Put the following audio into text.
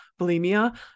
bulimia